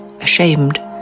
ashamed